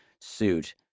suit